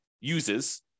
uses